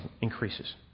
increases